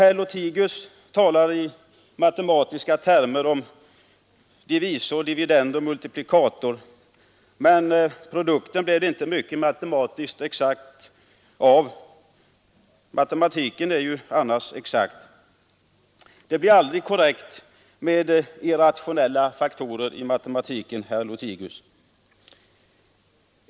Herr Lothigius talade i matematiska termer om divisor, dividend och multiplikator, men produkten blev inte matematiskt exakt — matematiken är ju annars exakt. Det blir aldrig korrekt med irrationella faktorer i matematiken, herr Lothigius.